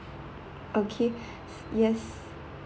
okay yes